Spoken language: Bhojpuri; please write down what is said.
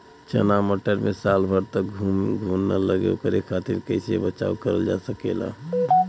चना मटर मे साल भर तक घून ना लगे ओकरे खातीर कइसे बचाव करल जा सकेला?